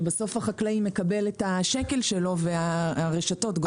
שבסוף החקלאי מקבל את השקל שלו והרשתות גובות את הרווח?